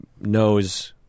knows